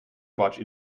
barge